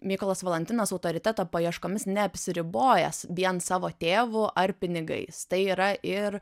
mykolas valantinas autoriteto paieškomis neapsiribojęs vien savo tėvu ar pinigais tai yra ir